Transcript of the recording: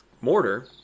Mortar